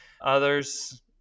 Others